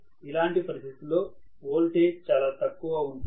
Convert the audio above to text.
ఇలాంటి పరిస్థితిలో ఓల్టేజ్ చాలా తక్కువ ఉంటుంది